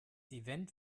event